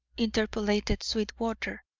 interpolated sweetwater.